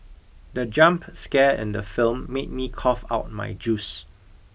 the jump scare in the film made me cough out my juice